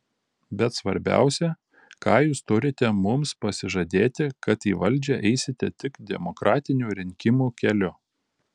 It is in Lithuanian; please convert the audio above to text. bet svarbiausia ką jūs turite mums pasižadėti kad į valdžią eisite tik demokratinių rinkimų keliu